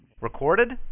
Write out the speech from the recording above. Recorded